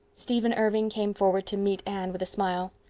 stephen irving came forward to meet anne with a smile.